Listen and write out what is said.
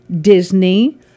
Disney